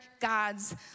God's